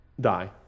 die